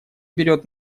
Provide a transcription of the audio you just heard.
берет